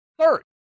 Third